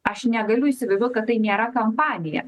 aš negaliu įsivaizduot kad tai nėra kampanija